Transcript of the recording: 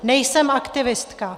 Nejsem aktivistka.